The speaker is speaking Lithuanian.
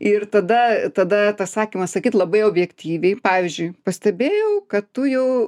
ir tada tada tas sakymas sakyt labai objektyviai pavyzdžiui pastebėjau kad tu jau